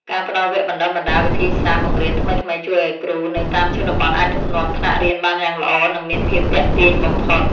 ការផ្តល់វគ្គបណ្តុះបណ្តាលវិធីសាស្ត្របង្រៀនថ្មីៗ ជួយឱ្យគ្រូនៅតាមជនបទអាចដឹកនាំថ្នាក់រៀនបានយ៉ាងល្អនិងមានភាពទាក់ទាញបំផុត។